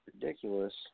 ridiculous